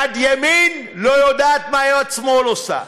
יד ימין לא יודעת מה יד שמאל עושה.